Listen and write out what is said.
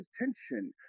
attention